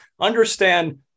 understand